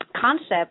concept